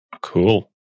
Cool